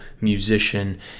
musician